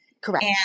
Correct